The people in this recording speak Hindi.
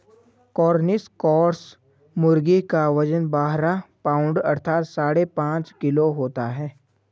कॉर्निश क्रॉस मुर्गी का वजन बारह पाउण्ड अर्थात साढ़े पाँच किलो होता है